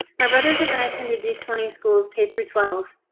my brothers and i attended the twenty schools k through twelve.